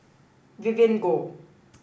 Vivien Goh